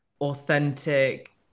authentic